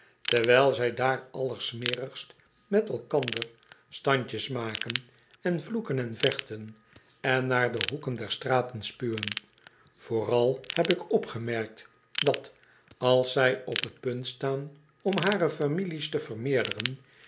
terwijl zij daar al lersmerigstmetelkander standjes maken en vloeken en vechten en naar de hoeken der straten spuwen vooral heb ik opgemerkt dat als zij op t punt staan om hare families te vermeerderen